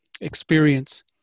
experience